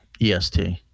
EST